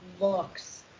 looks